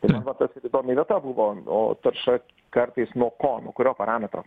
tai va tas ir įdomi vieta buvo o tarša kartais nuo ko nuo kurio parametro